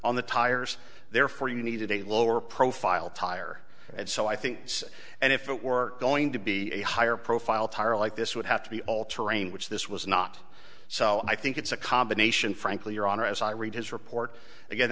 on the tires therefore you needed a lower profile tire and so i think and if it were going to be a higher profile tire like this would have to be all terrain which this was not so i think it's a combination frankly your honor as i read his report again